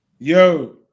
yo